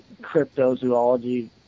cryptozoology